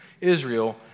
Israel